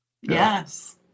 Yes